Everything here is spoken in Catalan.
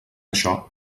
això